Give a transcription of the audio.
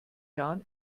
jahren